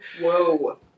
Whoa